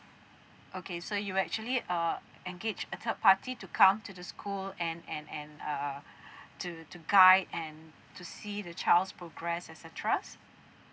okay so you'll actually uh engage a third party to come to the school and and and uh to to guide and to see the child's progress et cetera